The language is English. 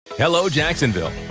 hello jacksonville.